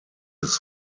his